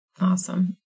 Awesome